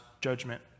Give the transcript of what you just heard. judgment